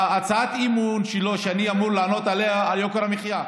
הצעת האי-אמון שאני אמור לענות עליה היא על יוקר המחיה.